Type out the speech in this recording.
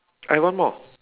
I want more